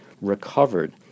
recovered